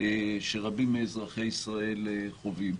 שרבים מאזרחי ישראל חווים.